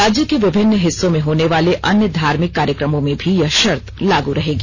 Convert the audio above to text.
राज्य के विभिन्न हिस्सों में होने वाले अन्य धार्मिक कार्यक्रमों में भी यह शर्त लागू रहेगी